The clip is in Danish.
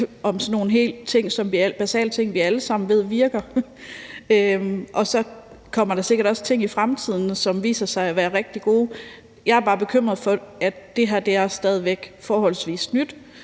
sådan helt basale ting, som vi alle sammen ved virker. Der kommer sikkert også ting i fremtiden, som viser sig at være rigtig gode. Jeg er bare bekymret, i forhold til at det her stadig væk er forholdsvis nyt,